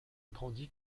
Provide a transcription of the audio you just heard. agrandi